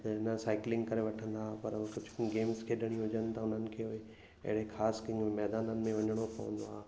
न साइकिलिंग करे वठंदा पर कुझु गेम्स खेॾणी हुजनि त उन्हनि खे उहे अहिड़े ख़ासि मैदाननि में वञिणो पवंदो आहे